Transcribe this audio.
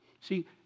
See